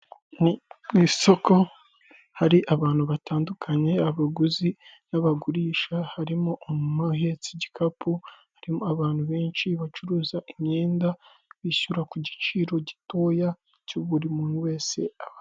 Mu isoko hari abantu batandukanye, abaguzi n'abagurisha, harimo umuntu uhetse igikapu, harimo abantu benshi bacuruza imyenda, bishyura ku giciro gitoya cyo buri muntu wese aba...